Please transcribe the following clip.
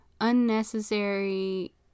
unnecessary